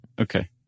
Okay